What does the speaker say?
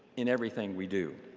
in everything we do.